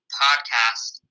podcast